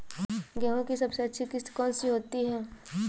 गेहूँ की सबसे अच्छी किश्त कौन सी होती है?